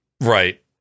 Right